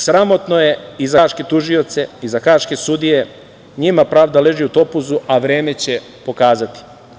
Sramotno je i za haške tužioce i za haške sudije, njima pravda leži u topuzu, a vreme će pokazati.